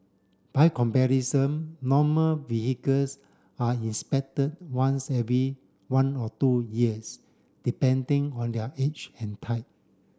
by comparison normal vehicles are inspected once every one or two years depending on their age and type